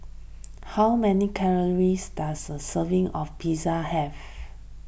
how many calories does a serving of Pizza have